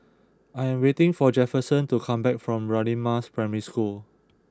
I am waiting for Jefferson to come back from Radin Mas Primary School